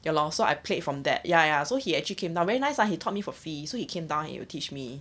ya lor so I played from that ya ya so he actually came down very nice lah he taught me for free so he came down he'll teach me